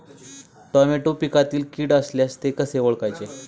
Tomato पिकातील कीड असल्यास ते कसे ओळखायचे?